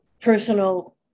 Personal